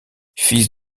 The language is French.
fils